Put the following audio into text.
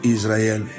Israel